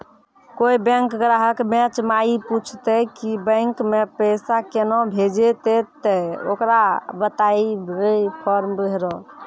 कोय बैंक ग्राहक बेंच माई पुछते की बैंक मे पेसा केना भेजेते ते ओकरा बताइबै फॉर्म भरो